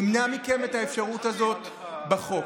נמנע מכם את האפשרות הזאת בחוק.